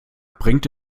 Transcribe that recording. bringt